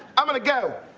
i'm going to go.